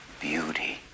beauty